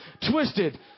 twisted